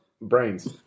brains